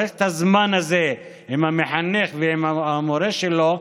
את הזמן הזה עם המחנך ועם המורה שלו,